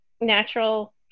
natural